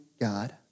God